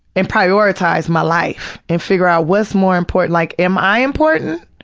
and prioritize my life, and figure out what's more important, like, am i important?